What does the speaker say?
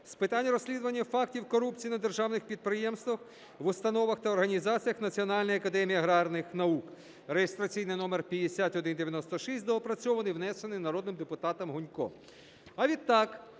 з питань розслідування фактів корупції на державних підприємствах, в установах та організаціях Національної академії аграрних наук (реєстраційний номер 5196), доопрацьований і внесений народним депутатом Гуньком.